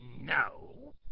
No